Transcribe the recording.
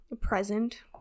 present